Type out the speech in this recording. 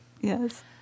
Yes